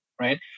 right